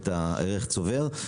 את הערך הצבור?